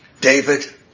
David